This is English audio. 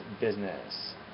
business